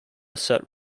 set